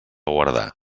guardar